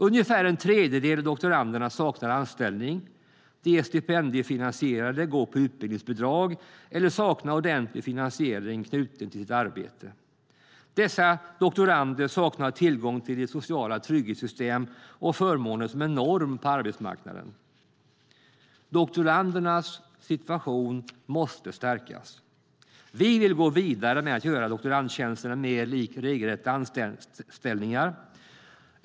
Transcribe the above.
Ungefär en tredjedel av doktoranderna saknar anställning. De är stipendiefinansierade, går på utbildningsbidrag eller saknar ordentlig finansiering knuten till sitt arbete. Dessa doktorander saknar tillgång till de sociala trygghetssystem och förmåner som är norm på arbetsmarknaden. Doktorandernas situation måste stärkas. Vi vill gå vidare med att göra doktorandtjänster mer lika regelrätta anställningar.